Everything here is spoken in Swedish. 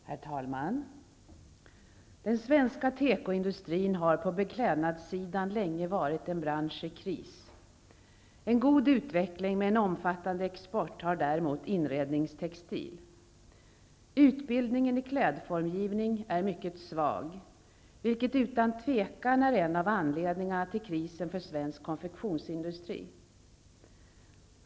Herr talman! Den svenska tekoindustrin har på beklädnadssidan länge varit en bransch i kris. En god utveckling med en omfattande export har däremot inredningstextil. Utbildningen i klädformgivning är mycket svag, vilket utan tvivel är en av anledningarna till krisen för svensk konfektionsindustri.